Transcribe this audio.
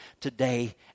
today